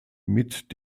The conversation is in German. mit